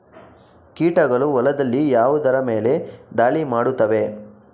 ಕೀಟಗಳು ಹೊಲದಲ್ಲಿ ಯಾವುದರ ಮೇಲೆ ಧಾಳಿ ಮಾಡುತ್ತವೆ?